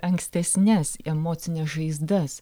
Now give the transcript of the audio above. ankstesnes emocines žaizdas